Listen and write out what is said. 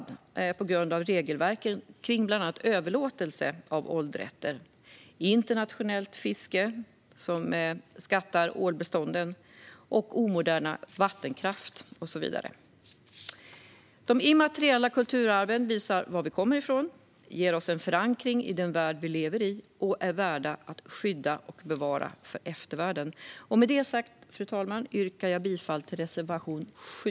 Det handlar bland annat om regelverken kring överlåtelse av åldrätter, internationellt fiske som skattar ålbestånden samt omoderna vattenkraftverk. De immateriella kulturarven visar var vi kommer ifrån och ger oss en förankring i den värld vi lever i. De är värda att skydda och bevara för eftervärlden. Med det sagt, fru talman, yrkar jag bifall till reservation 7.